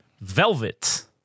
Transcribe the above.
Velvet